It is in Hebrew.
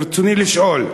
ברצוני לשאול: